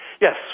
Yes